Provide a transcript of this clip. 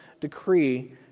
decree